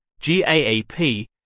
GAAP